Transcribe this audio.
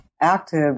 active